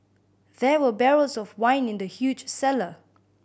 there were barrels of wine in the huge cellar